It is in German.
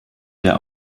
der